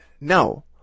No